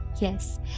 Yes